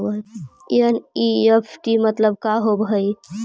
NEFT मतलब का होब हई?